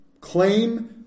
claim